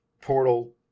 portal